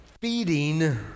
feeding